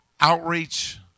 Outreach